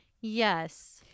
Yes